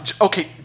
Okay